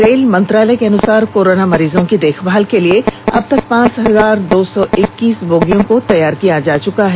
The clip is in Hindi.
रेल मंत्रालय के अनुसार कोरोना मरीजों की देखभाल के लिए अब तक पाँच हजार दो सौ इक्कतीस बोगियों को तैयार किया जा चुका है